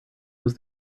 was